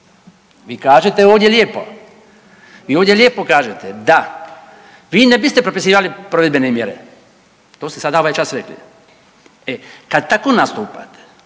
Vi kažete ovdje lijepo, vi ovdje lijepo kažete da vi ne biste propisivali provedbene mjere. To ste sada ovaj čas rekli. E, kad tako nastupate,